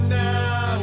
now